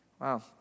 Wow